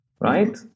right